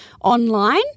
online